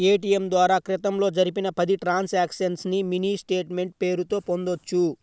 ATM ద్వారా క్రితంలో జరిపిన పది ట్రాన్సక్షన్స్ ని మినీ స్టేట్ మెంట్ పేరుతో పొందొచ్చు